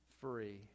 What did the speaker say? free